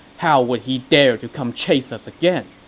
how would he dare to come chase us again?